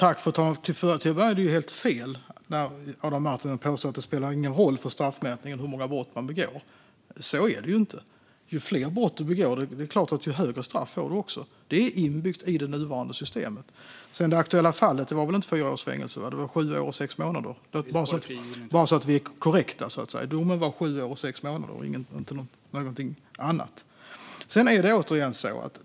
Fru talman! Till att börja med är det helt fel som Adam Marttinen påstår, att det inte spelar någon roll för straffmätningen hur många brott man begår. Så är det inte. Ju fler brott du begår, desto högre straff får du, såklart. Detta är inbyggt i det nuvarande systemet. I det aktuella fallet var det väl inte fyra års fängelse? Det var sju år och sex månader - bara så att vi är korrekta. Domen var sju år och sex månader, inte något annat.